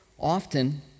Often